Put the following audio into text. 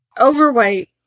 Overweight